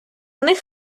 них